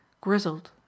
grizzled